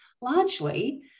largely